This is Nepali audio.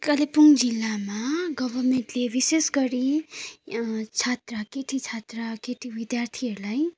कालिम्पोङ जिल्लामा गभर्मेन्टले विशेष गरी छात्रा केटी छात्रा केटी विद्यार्थीहरूलाई